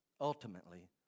ultimately